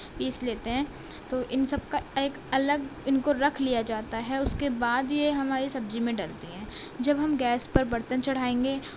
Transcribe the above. پیس لیتے ہیں تو ان سب کا ایک الگ ان کو رکھ لیا جاتا ہے اس کے بعد یہ ہماری سبزی میں ڈلتی ہیں جب ہم گیس پر برتن چڑھائیں گے